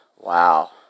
Wow